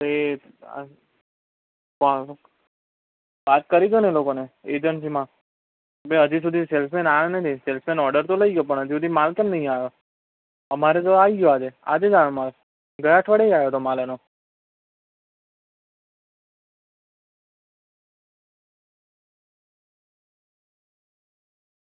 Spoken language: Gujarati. તે પણ અમુક વાત કરી દ્યોને એ લોકોને એજન્સીમાં મેં હજી સુધી સેલ્સમેન આવ્યો નથી સેલ્સમેન ઓર્ડર તો લઈ ગયો પણ હજુ સુધી માલ કેમ નહીં આવ્યો અમારે તો આવી ગયો આજે આજે જ આવ્યો માલ ગયા અઠવાડિયે જ આવ્યો તો માલ એનો